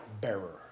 bearer